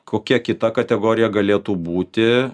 kokia kita kategorija galėtų būti